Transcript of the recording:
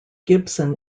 gibson